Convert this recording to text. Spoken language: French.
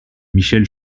michel